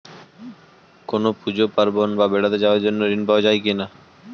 কোনো পুজো পার্বণ বা বেড়াতে যাওয়ার জন্য ঋণ পাওয়া যায় কিনা?